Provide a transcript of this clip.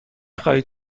خواهید